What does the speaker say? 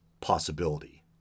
possibility